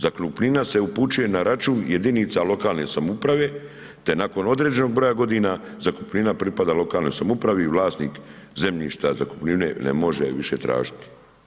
Zakupnina se upućuje na račun jedinica lokalne samouprave te nakon određenog broja godina zakupnina pripada lokalnoj samoupravi vlasnik zemljišta zakupnine ne može je više tražiti.